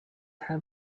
have